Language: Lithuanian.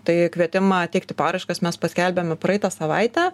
tai kvietimą teikti paraiškas mes paskelbėme praeitą savaitę